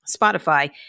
Spotify